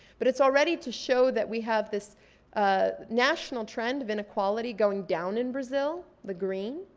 but it's already to show that we have this ah national trend of inequality going down in brazil, the green,